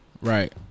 Right